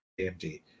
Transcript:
AMD